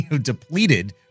depleted